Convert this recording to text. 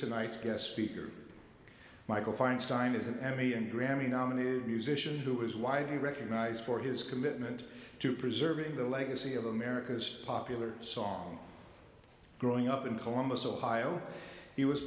tonight's guest speaker michael feinstein is an emmy and grammy nominated musician who is widely recognized for his commitment to preserving the legacy of america's popular song growing up in columbus ohio he was